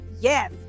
Yes